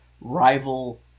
rival